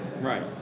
Right